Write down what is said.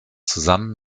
zusammen